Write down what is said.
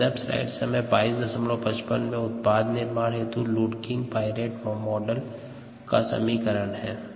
सन्दर्भ स्लाइड समय 2555 में उत्पाद निर्माण हेतु लुडकिंग पाईरेट मॉडल का समीकरण है